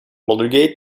story